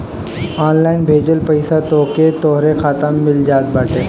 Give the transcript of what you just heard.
online भेजल पईसा तोहके तोहर खाता में मिल जात बाटे